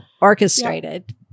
orchestrated